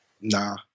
Nah